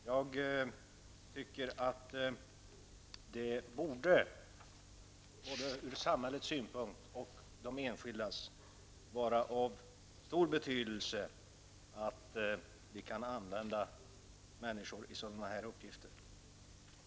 Jag tycker att det från både samhällets och den enskildes synpunkt borde vara av stor betydelse att vi kan använda människor för sådana här uppgifter.